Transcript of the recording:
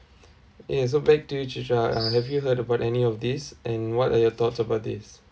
yes so back to you trisha uh have you heard about any of this and what are your thoughts about this